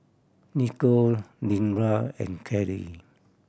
Nikko Deandra and Kaley